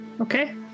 okay